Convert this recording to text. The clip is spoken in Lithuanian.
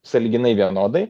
sąlyginai vienodai